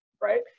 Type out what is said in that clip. right